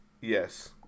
Yes